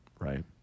right